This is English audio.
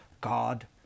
God